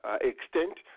extent